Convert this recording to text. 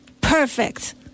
Perfect